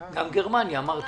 הולנד.